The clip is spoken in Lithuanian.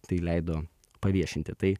tai leido paviešinti tai